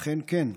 אכן כן,